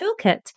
toolkit